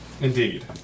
Indeed